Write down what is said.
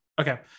Okay